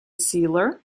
sealer